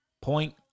point